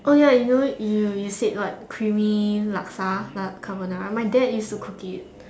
oh ya you know you you said what creamy Laksa la~ carbonara my dad used to cook it